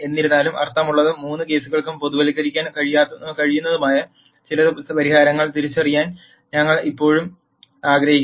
എന്നിരുന്നാലും അർത്ഥമുള്ളതും മൂന്ന് കേസുകൾക്കും പൊതുവൽക്കരിക്കാൻ കഴിയുന്നതുമായ ചില പരിഹാരങ്ങൾ തിരിച്ചറിയാൻ ഞങ്ങൾ ഇപ്പോഴും ആഗ്രഹിക്കുന്നു